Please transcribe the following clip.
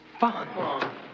fun